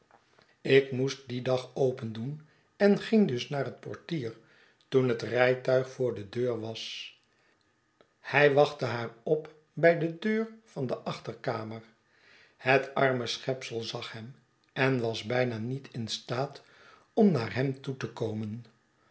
ik moest dien dag opendoen en ging dusnaar het portier toen het rijtuig voor de deur was hij wachtte haar op bij de deur van de achterkamer het arme schepsel zag hem en was bijna niet in staat om naar hem toe te komen